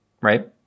right